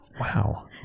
Wow